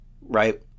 right